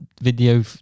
video